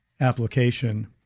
application